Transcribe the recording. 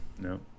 No